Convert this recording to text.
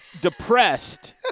depressed